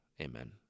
Amen